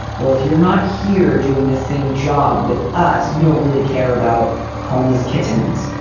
well, if you're not here doing this same job with us, you don't really care about homeless kittens,